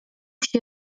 się